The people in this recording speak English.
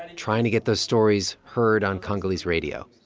trying to get those stories heard on congolese radio.